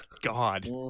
God